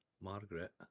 Margaret